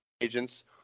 agents